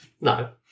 No